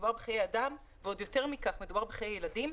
מדובר בחיי אדם ועוד יותר מכך, מדובר בחיי ילדים,